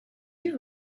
you